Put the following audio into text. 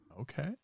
Okay